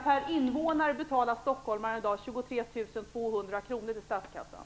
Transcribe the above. Per invånare betalar stockholmaren i dag 23 200 kr till statskassan.